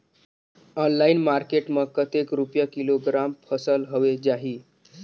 Online market मां कतेक रुपिया किलोग्राम फसल हवे जाही?